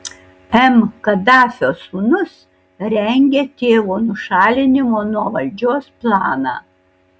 m kadafio sūnūs rengia tėvo nušalinimo nuo valdžios planą